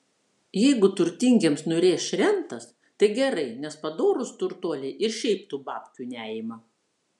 jeigu turtingiems nurėš rentas tai gerai nes padorūs turtuoliai ir šiaip tų babkių neima